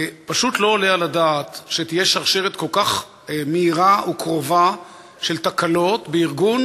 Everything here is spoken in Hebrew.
פשוט לא עולה על הדעת שתהיה שרשרת כל כך מהירה וקרובה של תקלות בארגון